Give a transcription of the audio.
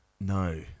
no